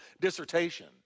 dissertation